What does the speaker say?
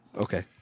okay